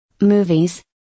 Movies